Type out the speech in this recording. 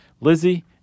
Lizzie